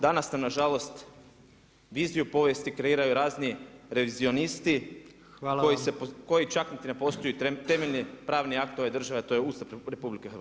Danas nam nažalost viziju povijesti kreiraju razni revizionisti koji čak niti ne poštuju temeljni pravni akt ove države a to je Ustav RH.